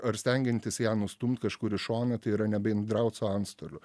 ar stengiantis ją nustumt kažkur į šoną tai yra nebendraut su antstoliu